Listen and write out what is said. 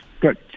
good